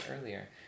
earlier